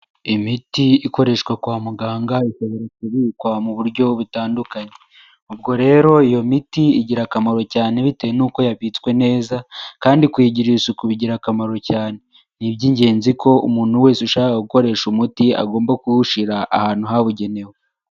Imiti ikoreshwa kwa muganga, ishobora kubikwa mu buryo butandukanye. Ubwo rero iyo miti igira akamaro cyane bitewe n'uko yabitswe neza, kandi kuyigirira isuku bigira akamaro cyane. Ni iby'ingenzi ko umuntu wese ushaka gukoresha umuti agomba kuwushyira ahantu habugenewe.